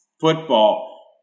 football